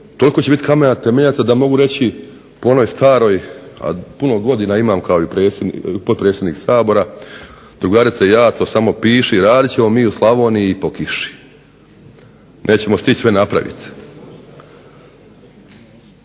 toliko će biti kamena temeljaca da mogu reći po onoj staroj, a puno godina imam kao i potpredsjednik Sabora, drugarice Jaco samo piši radit ćemo mi u Slavoniji i po kiši. Nećemo stići sve napraviti.